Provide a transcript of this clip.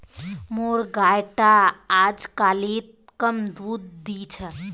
मोर गाय टा अजकालित कम दूध दी छ